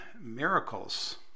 miracles